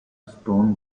stone